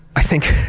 i think,